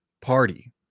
party